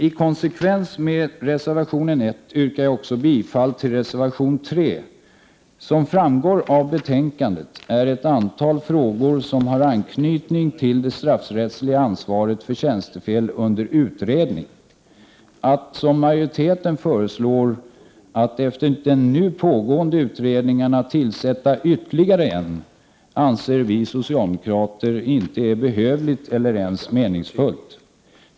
I konsekvens med reservation nr 1 yrkar jag slutligen också bifall till reservation nr 3. Som framgår av betänkandet är ett antal frågor som har anknytning till det straffrättsliga ansvaret för tjänstefel under utredning. Att som majoriteten föreslår tillsätta ytterligare en utredning efter de nu pågående utredningarna, anser vi socialdemokrater inte är behövligt eller meningsfullt.